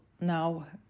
now